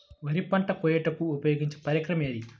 వరి పంట కోయుటకు ఉపయోగించే పరికరం ఏది?